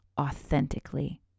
authentically